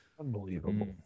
Unbelievable